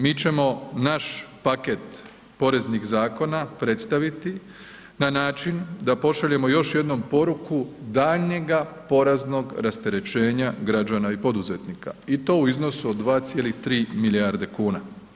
Mi ćemo naš paket poreznih zakona predstaviti na način da pošaljemo još jednom poruku daljnjega poreznog rasterećenja građana i poduzetnika i to u iznosu od 2,3 milijarde kuna.